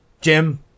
Jim